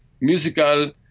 musical